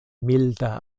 milda